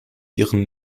ihren